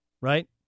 right